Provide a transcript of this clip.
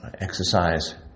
exercise